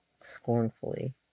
scornfully